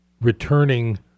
returning